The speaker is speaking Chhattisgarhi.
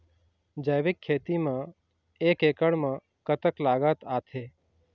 जैविक खेती म एक एकड़ म कतक लागत आथे?